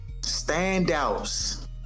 standouts